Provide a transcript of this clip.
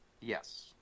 Yes